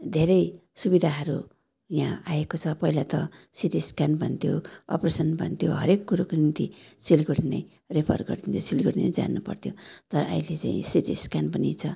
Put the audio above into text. धेरै सुविधाहरू यहाँ आएको छ पहिला त सिटी स्क्यान भन्थ्यो अप्रेसन् भन्थ्यो हरेक कुरोको निम्ति सिलगढी नै रेफर गरिन्थ्यो सिलगढी नै जानु पर्थ्यो तर अहिले चाहिँ सिटी स्क्यान पनि छ